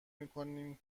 میکنیم